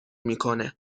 میکنه